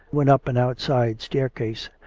went up an outside staircase,